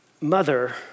mother